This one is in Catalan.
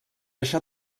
això